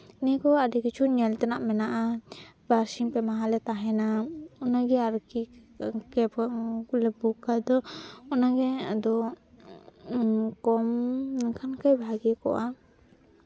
ᱱᱤᱭᱟᱹ ᱠᱚ ᱟᱹᱰᱤ ᱠᱤᱪᱷᱩ ᱧᱮᱞ ᱛᱮᱱᱟᱜ ᱢᱮᱱᱟᱜᱼᱟ ᱵᱟᱨᱥᱤᱝ ᱯᱮ ᱢᱟᱦᱟ ᱞᱮ ᱛᱟᱦᱮᱱᱟ ᱤᱱᱟᱹᱜᱮ ᱟᱨᱠᱤ ᱠᱮᱵᱽ ᱦᱚᱸ ᱯᱩᱨᱟᱹ ᱵᱩᱠ ᱠᱷᱟᱡ ᱫᱚ ᱚᱱᱟᱜᱮ ᱟᱫᱚ ᱠᱚᱢ ᱞᱮᱠᱷᱟᱱ ᱠᱟᱹᱡ ᱵᱷᱟᱜᱮ ᱠᱚᱜᱼᱟ